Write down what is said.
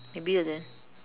maybe and then